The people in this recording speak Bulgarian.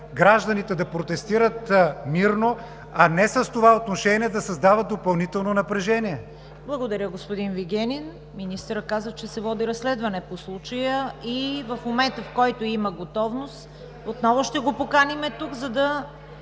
гражданите да протестират мирно, а не с това отношение да създават допълнително напрежение. ПРЕДСЕДАТЕЛ ЦВЕТА КАРАЯНЧЕВА: Благодаря, господин Вигенин. Министърът каза, че се води разследване по случая и в момента, в който има готовност, отново ще го поканим тук, за да